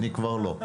אני כבר לא.